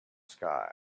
sky